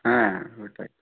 হ্যাঁ ওটাই